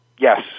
Yes